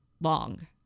long